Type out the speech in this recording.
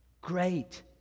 Great